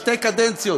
שתי קדנציות,